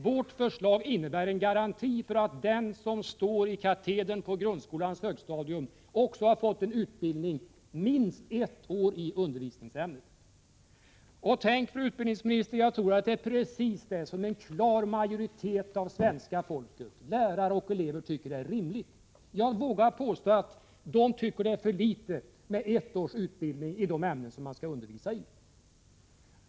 Vårt förslag innebär en garanti för att den som står i katedern på grundskolans högstadium också har fått en utbildning under minst ett år i undervisningsämnet. Tänk, fru utbildningsminister, jag tror faktiskt att det är precis detta som en klar majoritet av svenska folket, lärare och elever, tycker är rimligt. Jag vågar påstå att de tycker att det är för litet med en termins utbildning i det ämne som man skall undervisa i.